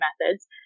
methods